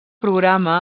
programa